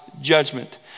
judgment